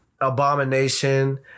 Abomination